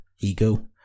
ego